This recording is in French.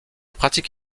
pratique